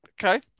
Okay